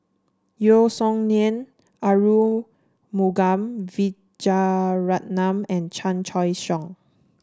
Yeo Song Nian Arumugam Vijiaratnam and Chan Choy Siong